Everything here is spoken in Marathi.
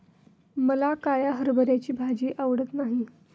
मला काळ्या हरभऱ्याची भाजी आवडत नाही